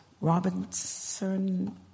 Robinson